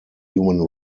human